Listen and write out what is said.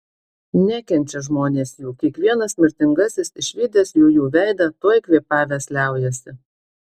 nekenčia žmonės jų kiekvienas mirtingasis išvydęs jųjų veidą tuoj kvėpavęs liaujasi